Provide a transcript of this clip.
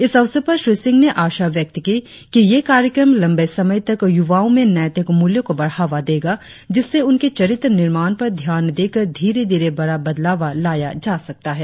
इस अवसर पर श्री सिंह ने आशा व्यक्त की कि यह कार्यक्रम लंबे समय तक युवाओं में नैतिक मूल्यों को बढ़ावा देगा जिससे उनके चरित्र निर्माण पर ध्यान देकर धीरे धीरे बड़ा बदलावा लाया जा सकता है